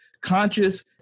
conscious